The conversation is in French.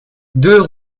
deux